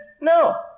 No